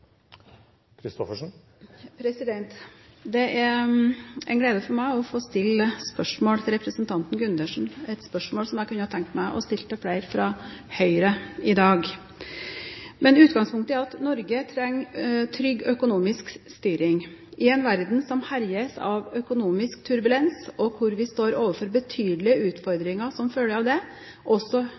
replikkordskifte. Det er en glede for meg å få stille spørsmål til representanten Gundersen, et spørsmål som jeg kunne tenkt meg å stille til flere fra Høyre i dag. Utgangspunktet er at Norge trenger trygg økonomisk styring i en verden som herjes av økonomisk turbulens, og hvor vi står overfor betydelige utfordringer som følge av det. Også